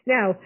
Now